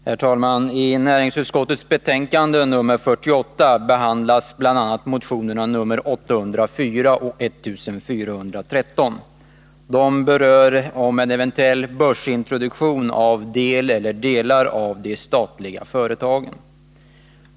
Herr talman! I näringsutskottets betänkande nr 48 behandlas bl.a. motionerna nr 804 och 1413 om en eventuell bö introduktion av företag eller delar av företag i Statsföretagsgruppen.